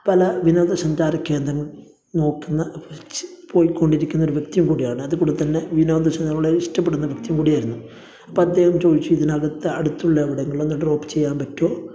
പല വിനോദ സഞ്ചാര കേന്ദ്രങ്ങളും നോക്കുന്ന വച്ച് പോയിക്കോണ്ടിരിക്കുന്ന ഒരു വ്യക്തി കൂടിയാണ് അത് കൂടെ തന്നെ വിനോദചനളുടെ ഇഷ്ടപ്പെടുന്ന ഒരു വ്യക്തി കൂടിയായിരുന്നു അപ്പോൾ അദ്ദേഹം ചോദിച്ചു ഇതിനകത്ത് അടുത്തുള്ള എവിടെ എങ്കിലും ഒന്ന് ഡ്രോപ്പ് ചെയ്യാൻ പറ്റുമോ